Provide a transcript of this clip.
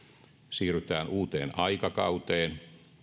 siirrytään uuteen aikakauteen